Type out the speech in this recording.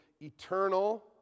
eternal